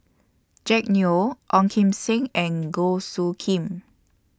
Jack Neo Ong Kim Seng and Goh Soo Khim